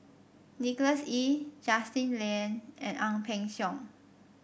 Nicholas Ee Justin Lean and Ang Peng Siong